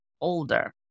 older